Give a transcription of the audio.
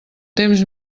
temps